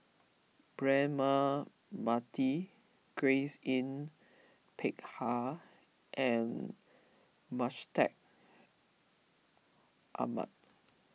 Braema Mathi Grace Yin Peck Ha and Mustaq Ahmad